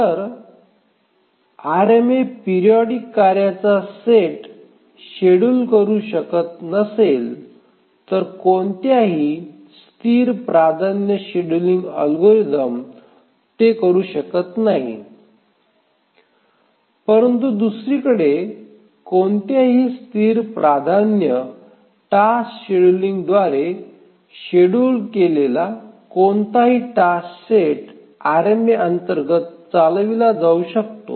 जर RMA periodic कार्यांचा set schedule करू शकत नसेल तर कोणताही स्थिर प्राधान्य शेड्यूलिंग अल्गोरिदम ते करू शकत नाही परंतु दुसरीकडे कोणत्याही स्थिर प्राधान्य टास्क शेड्यूलरद्वारे शेड्यूल केलेला कोणताही टास्क सेट आरएमए अंतर्गत चालविला जाऊ शकतो